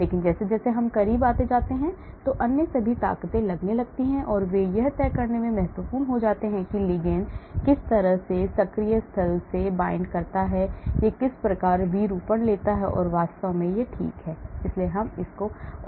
लेकिन जैसे जैसे हम करीब आते जाते हैं और अन्य सभी ताकते लगने लगती हैं और वे यह तय करने में महत्वपूर्ण हो जाते हैं कि लिगैंड किस तरह से सक्रिय स्थल में बंधता है यह किस प्रकार का विरूपण लेता है और वास्तव में ठीक है इसलिए हम और अधिक जारी रखेंगे